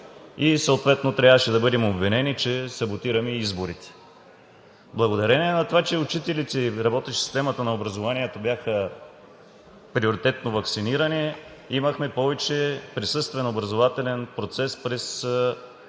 Съответно трябваше да бъдем обвинени, че саботираме изборите. Благодарение на това, че учителите и работещите в системата на образованието бяха приоритетно ваксинирани, имахме повече присъствен образователен процес през